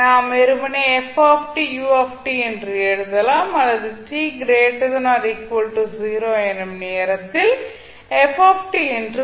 நாம் வெறுமனே f u என்று எழுதலாம் அல்லது t 0 எனும் நேரத்தில் f என்று சொல்லலாம்